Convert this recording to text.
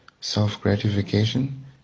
self-gratification